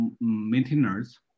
maintainers